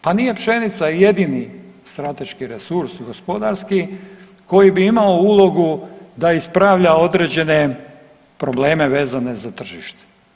Pa nije pšenica jedini strateški resurs gospodarski koji bi imao ulogu da ispravlja određene probleme vezane za tržište.